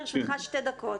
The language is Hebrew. לרשותך שתי דקות.